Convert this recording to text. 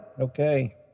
Okay